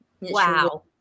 Wow